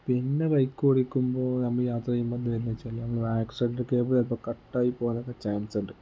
പിന്നെ ബൈക്ക് ഓടിക്കുമ്പോൾ നമ്മൾ യാത്ര ചെയ്യുമ്പം എന്തെന്നു വെച്ചാൽ നമ്മളുടെ ആക്സിലറേറ്റർ കേബിൾ ചിലപ്പോൾ കട്ടായി പോകാനൊക്കെ ചാൻസ് ഉണ്ട്